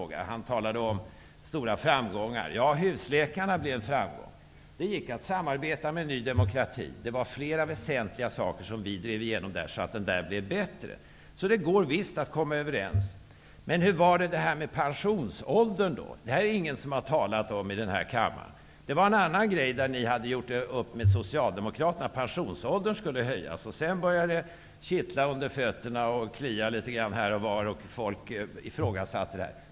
Bengt Westerberg talade om stora framgångar. Ja, husläkarna blev en stor framgång. Det gick att samarbeta med Ny demokrati. Det var flera väsentliga saker där som vi drev igenom så att det blev bättre. Det går alltså att komma överens. Men hur var det med pensionsåldern? Det är ingen som har talat om den frågan i kammaren. Det var en annan sak som ni hade gjort upp med Socialdemokraterna om, dvs. att pensionsåldern skulle höjas. Sedan började det kittla under fötterna och klia litet här och var, och folk ifrågasatte detta.